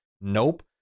Nope